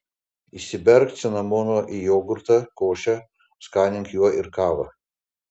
įsiberk cinamono į jogurtą košę skanink juo ir kavą